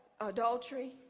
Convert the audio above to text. adultery